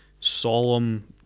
solemn